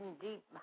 deep